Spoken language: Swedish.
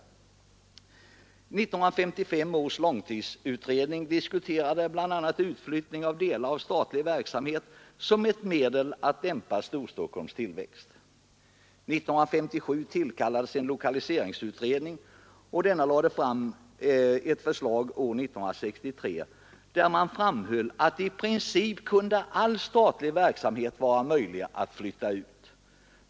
1955 års långtidsutredning diskuterade bl.a. utflyttning av delar av statlig verksamhet som ett medel att dämpa Storstockholms tillväxt. 1957 tillkallades en lokaliseringsutredning och denna lade fram förslag år 1963 där man framhöll att i princip kunde all statlig verksamhet vara möjlig att flytta ut.